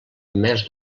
més